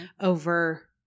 over